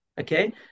okay